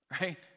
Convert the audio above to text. right